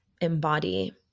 embody